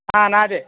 నాదే